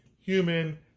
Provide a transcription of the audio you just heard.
human